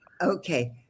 Okay